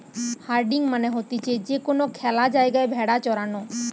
herding মানে হতিছে যে কোনো খ্যালা জায়গায় ভেড়া চরানো